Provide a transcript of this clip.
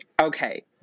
okay